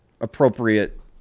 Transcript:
appropriate